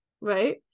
right